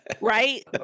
right